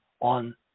on